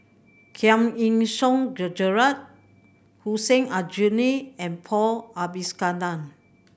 Giam Yean Song Gerald Hussein Aljunied and Paul Abisheganaden